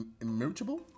immutable